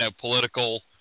political